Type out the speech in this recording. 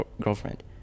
girlfriend